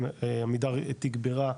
עמידר תגברה,